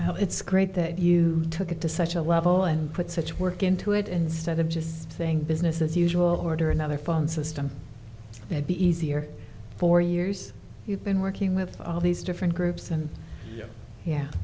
how it's great that you took it to such a level and put such work into it instead of just saying business as usual order another phone system it be easier for years you've been working with all these different groups and yeah